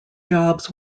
jobs